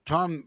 Tom